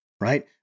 Right